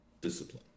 discipline